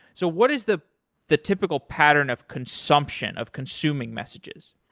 so what is the the typical pattern of consumption of consuming messages?